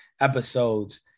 episodes